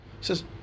Says